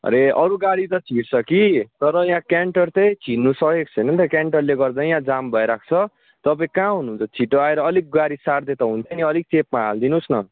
अरे अरू गाडी त र्छिछ कि तर यहाँ क्यान्टर चाहिँ छिर्नु सकेको छैन नि त क्यान्टरले गर्दा यहाँ जाम भइरहेको छ तपाईँ कहाँ हुनुहुन्छ छिट्टो आएर अलिक गाडी सारिदिए त हुन्थ्यो नि अलिक चेपमा हालिदिनुहोस् न